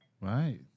right